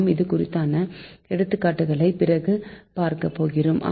நாம் இது குறித்தான எடுத்துக்காட்டுகளை பிறகு பார்க்கப்போகிறோம்